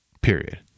period